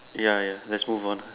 ya ya just move on ah